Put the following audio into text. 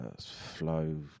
flow